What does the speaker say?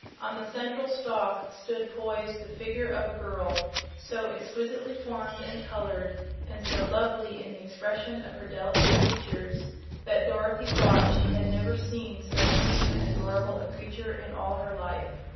on the central stalk stood poised the figure of a girl so exquisitely formed and colored and so lovely in the expression of her delicate features that dorothy thought she had never seen so sweet and adorable a creature in all her life.